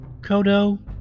Kodo